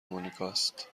مونیکاست